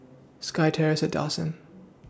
SkyTerrace At Dawson